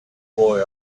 boy